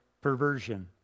perversion